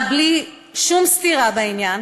אבל בלי שום סתירה בעניין,